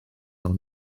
ond